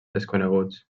desconeguts